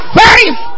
faith